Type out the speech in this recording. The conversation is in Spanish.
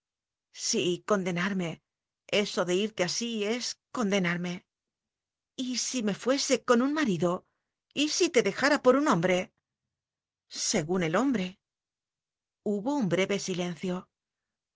sí condenarme eso de irte así es con denarme y si me fuese con un marido si te de jara por un hombre según el hombre hubo un breve silencio